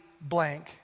blank